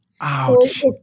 Ouch